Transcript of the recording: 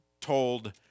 told